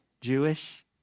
Jewish